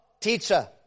teacher